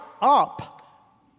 up